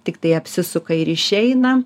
tiktai apsisuka ir išeina